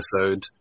episode